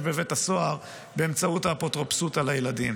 בבית הסוהר באמצעות האפוטרופסות על הילדים.